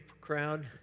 crowd